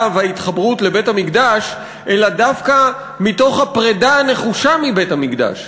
וההתחברות לבית-המקדש אלא דווקא מתוך הפרידה הנחושה מבית-המקדש.